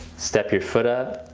step your foot up.